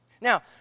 Now